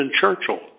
Churchill